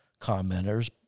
commenters